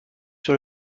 sur